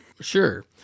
Sure